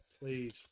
please